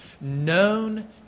Known